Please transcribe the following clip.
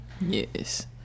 Yes